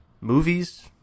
movies